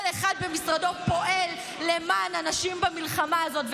כל אחד במשרדו פועל למען הנשים במלחמה הזאת,